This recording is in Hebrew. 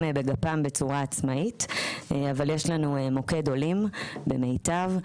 בגפם בצורה עצמאית אבל יש לנו מוקד עולים במיטב.